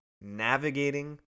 navigating